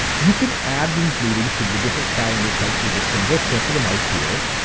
you can add these meetings to the different calendar types with a single click of the mouse here,